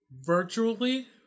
virtually